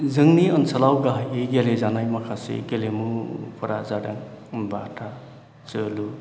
जोंनि ओनोसोलाव गाहायै गेलेजानाय माखासे गेलेमुफोरा जादों बाथा जोलुर